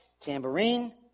tambourine